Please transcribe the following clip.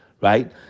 right